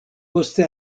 poste